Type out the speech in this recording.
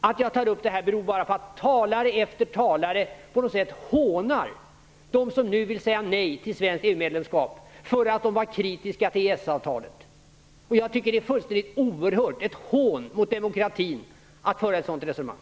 Att jag tar upp detta beror på att talare efter talare på något sätt hånar dem som nu vill säga nej till ett svenskt EU-medlemskap för att de var kritiska till EES-avtalet. Detta är något fullständigt oerhört. Ja, det är ett hån mot demokratin att föra ett sådant resonemang.